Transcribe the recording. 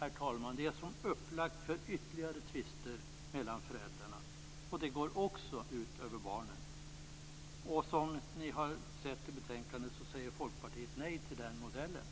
Herr talman! Det är som upplagt för ytterligare tvister mellan föräldrarna, och det går också ut över barnen. Som ni har sett i betänkandet säger Folkpartiet nej till den modellen.